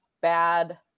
bad